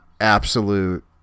absolute